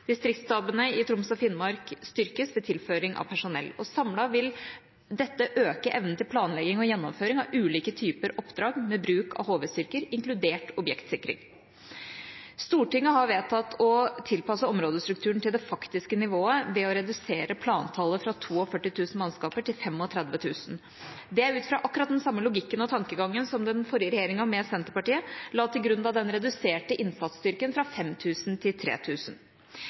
Distriktsstabene i Troms og Finnmark styrkes ved tilføring av personell. Samlet vil dette øke evnen til planlegging og gjennomføring av ulike typer oppdrag med bruk av HV-styrker, inkludert objektsikring. Stortinget har vedtatt å tilpasse områdestrukturen til det faktiske nivået, ved å redusere plantallet fra 42 000 til 35 000 mannskaper. Det er ut ifra akkurat den samme logikken og tankegangen som den forrige regjeringa med Senterpartiet la til grunn da den reduserte innsatsstyrken fra 5 000 til